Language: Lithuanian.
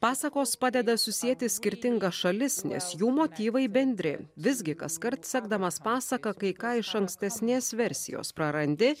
pasakos padeda susieti skirtingas šalis nes jų motyvai bendri visgi kaskart sekdamas pasaką kai ką iš ankstesnės versijos prarandi